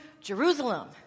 Jerusalem